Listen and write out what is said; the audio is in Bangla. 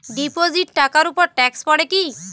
ডিপোজিট টাকার উপর ট্যেক্স পড়ে কি?